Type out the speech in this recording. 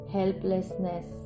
helplessness